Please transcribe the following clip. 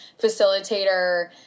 facilitator